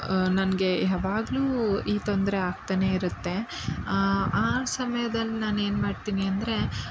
ನನಗೆ ಯಾವಾಗ್ಲೂ ಈ ತೊಂದರೆ ಆಗ್ತಲೇ ಇರುತ್ತೆ ಆ ಸಮಯದಲ್ಲಿ ನಾನು ಏನು ಮಾಡ್ತೀನಿ ಅಂದರೆ